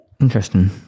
Interesting